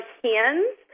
hands